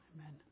Amen